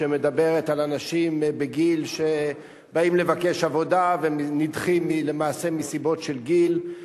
שמדברת על אנשים שבאים לבקש עבודה ונדחים למעשה מסיבות של גיל.